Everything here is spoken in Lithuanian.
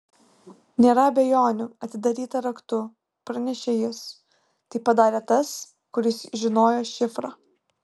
nėra abejonių atidaryta raktu pranešė jis tai padarė tas kuris žinojo šifrą